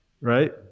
right